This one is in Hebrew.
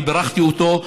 ובירכתי אותו,